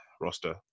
roster